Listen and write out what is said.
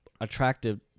attractive